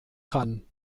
kann